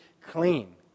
clean